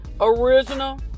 original